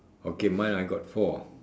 okay mine I got four